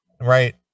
Right